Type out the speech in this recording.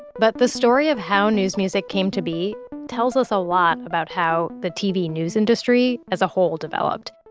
but the story of how news music came to be tells us a lot about how the tv news industry as a whole developed